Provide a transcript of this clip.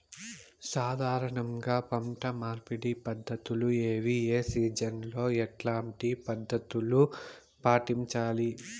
సాధారణ పంట మార్పిడి పద్ధతులు ఏవి? ఏ సీజన్ లో ఎట్లాంటి పద్ధతులు పాటించాలి?